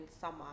summer